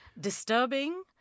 disturbing